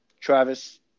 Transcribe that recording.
Travis